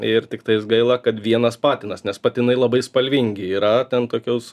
ir tiktais gaila kad vienas patinas nes patinai labai spalvingi yra ten tokios